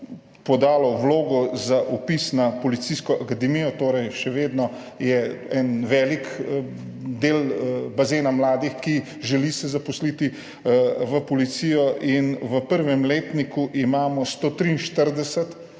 podalo vlogo za vpis na Policijsko akademijo. Še vedno je torej en velik del bazena mladih, ki se želijo zaposliti v Policiji. V prvem letniku imamo 143